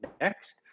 next